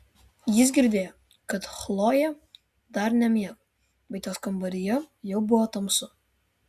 jis girdėjo kad chlojė dar nemiega bet jos kambaryje jau buvo tamsu